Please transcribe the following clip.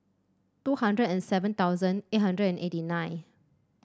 two hundred and seven thousand eight hundred and eighty nine